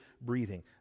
breathing